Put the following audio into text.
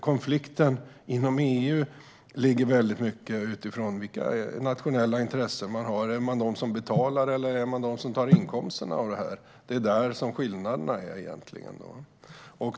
Konflikten inom EU handlar alltså väldigt mycket om vilka nationella intressen man har. Tillhör man dem som betalar, eller tillhör man dem som tar inkomsterna av det här? Det är där skillnaderna ligger egentligen.